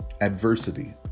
adversity